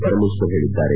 ಪರಮೇಶ್ವರ್ ಹೇಳಿದ್ದಾರೆ